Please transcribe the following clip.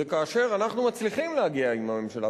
כאשר אנחנו מצליחים להגיע עם הממשלה,